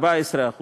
14%,